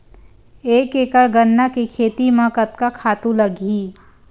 एक एकड़ गन्ना के खेती म कतका खातु लगही?